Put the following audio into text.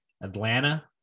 Atlanta